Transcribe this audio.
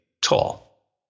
tall